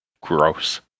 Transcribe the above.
gross